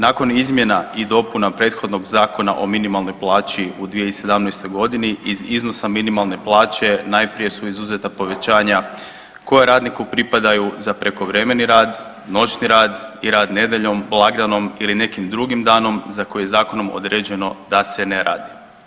Nakon izmjena i dopuna prethodnog Zakona o minimalnoj plaći u 2017.g. iz iznosa minimalne plaće najprije su izuzeta povećanja koja radniku pripadaju za prekovremeni rad, noćni rad i rad nedjeljom, blagdanom ili nekim drugim danom za koji je zakonom određeno da se ne radi.